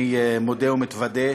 אני מודה ומתוודה,